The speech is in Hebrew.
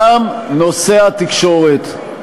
גם נושא התקשורת.